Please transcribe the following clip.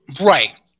right